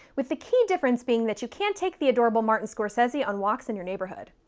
with the key difference being that you can't take the adorable martin scorsese on walks in your neighborhood.